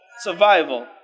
survival